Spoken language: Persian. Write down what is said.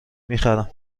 میخرم